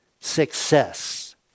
success